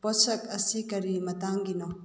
ꯄꯣꯠꯁꯛ ꯑꯁꯤ ꯀꯔꯤ ꯃꯇꯥꯡꯒꯤꯅꯣ